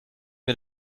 mir